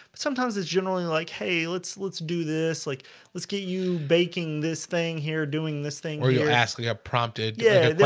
sometimes it's generally like hey, let's let's do this like let's get you baking this thing here doing this thing where you're asking up prompted. yeah